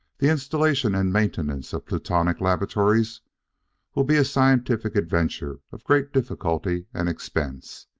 the installation and maintenance of plutonic laboratories will be a scientific adventure of great difficulty and expense.